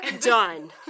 Done